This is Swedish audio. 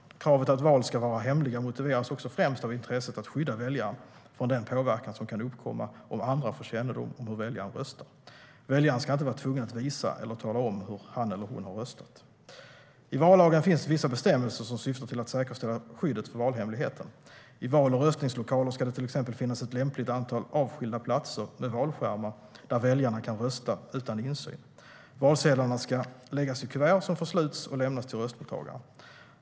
Kravet att val ska vara hemliga motiveras också främst av intresset att skydda väljaren från den påverkan som kan uppkomma om andra får kännedom om hur väljaren röstar. Väljaren ska inte vara tvungen att visa eller tala om hur han eller hon har röstat. I vallagen finns vissa bestämmelser som syftar till att säkerställa skyddet för valhemligheten. I val och röstningslokaler ska det till exempel finnas ett lämpligt antal avskilda platser med valskärmar där väljarna kan rösta utan insyn. Valsedlarna ska läggas i kuvert som försluts och lämnas till röstmottagaren.